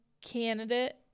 candidate